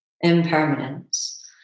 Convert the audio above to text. Impermanence